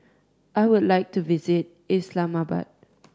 I would like to visit Islamabad